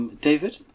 David